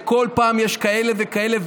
וכל פעם יש כאלה וכאלה,